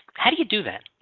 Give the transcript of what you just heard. how do you do that?